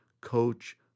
coach